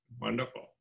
Wonderful